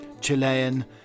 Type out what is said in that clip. Chilean